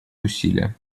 усилия